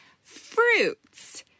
fruits